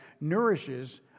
nourishes